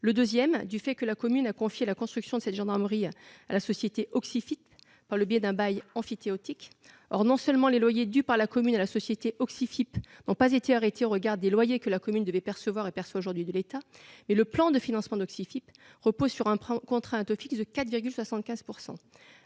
Deuxièmement, la commune a confié la construction de cette gendarmerie à la société Auxifip par le biais d'un bail emphytéotique. Or, non seulement les loyers dus par la commune à cette société n'ont pas été arrêtés au regard des loyers que la commune devait percevoir et perçoit aujourd'hui de l'État, mais le plan de financement d'Auxifip repose sur un emprunt à taux fixe de 4,75 %.